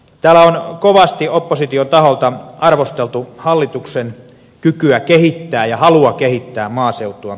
täällä on kovasti opposition taholta arvosteltu hallituksen kykyä ja halua kehittää maaseutua